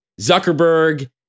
Zuckerberg